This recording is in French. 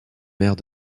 maire